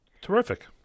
Terrific